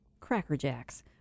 Crackerjacks